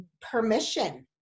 permission